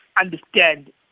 understand